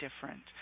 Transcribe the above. different